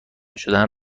شدهاند